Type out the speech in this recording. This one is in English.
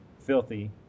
filthy